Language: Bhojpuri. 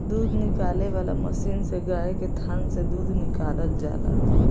दूध निकाले वाला मशीन से गाय के थान से दूध निकालल जाला